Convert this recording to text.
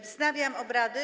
Wznawiam obrady.